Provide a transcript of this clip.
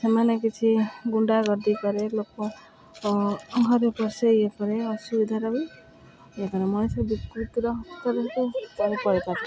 ସେମାନେ କିଛି ଗୁଣ୍ଡା ଗର୍ଦି କରେ ଲୋକ ଘରେ ପଶାଇ ପରେ ଅସୁବିଧାର ବି ଇଏ ମଣିଷ ବିକୃତିର ଥାନ୍ତି